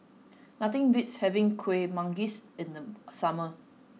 nothing beats having Kuih Manggis in the summer